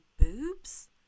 boobs